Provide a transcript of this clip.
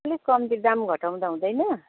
अलिक कम्ती दाम घटाउँदा हुँदैन